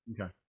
Okay